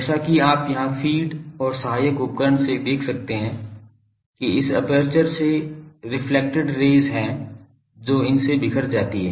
जैसा कि आप यहाँ फ़ीड और सहायक उपकरण से देख सकते हैं कि इस एपर्चर से रेफ्लेक्टेड रेज़ हैं जो इनसे बिखर जाती हैं